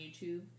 YouTube